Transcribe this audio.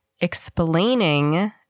explaining